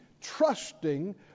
trusting